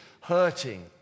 hurting